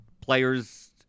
players